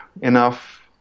enough